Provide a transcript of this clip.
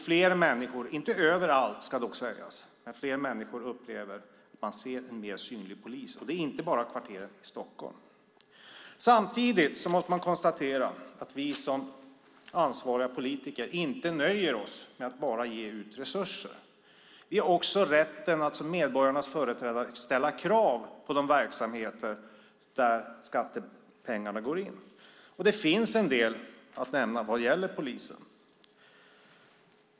Fler människor, inte överallt ska dock sägas, upplever att man ser en mer synlig polis och det inte bara i kvarteren i Stockholm. Samtidigt måste man konstatera att vi som ansvariga politiker inte nöjer oss med att bara ge ut resurser. Vi har också rätten att som medborgarnas företrädare ställa krav på de verksamheter där skattepengarna går in. Och där finns en del att nämna vad gäller polisen.